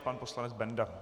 Pan poslanec Benda.